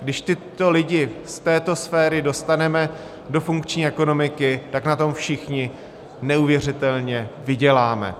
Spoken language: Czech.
Když tyto lidi z této sféry dostaneme do funkční ekonomiky, tak na tom všichni neuvěřitelně vyděláme.